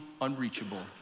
unreachable